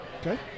okay